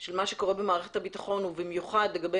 של מה שקורה במערכת הביטחון ובמיוחד לגבי